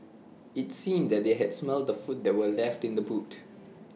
IT seemed that they had smelt the food that were left in the boot